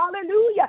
Hallelujah